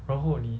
然后你